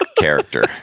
Character